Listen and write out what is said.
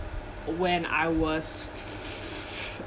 when I was f~